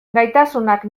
gaitasunak